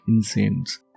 insanes